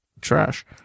trash